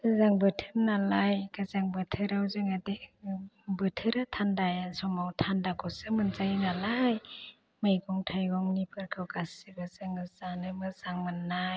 गोजां बोथोर नालाय गोजां बोथोराव जोङो दै बोथोरा थान्दाया समाव थान्दाखौसो मोनजायो नालाय मैगं थाइगंनिफोरखौ गासिबो जोङो जानो मोजां मोन्नाय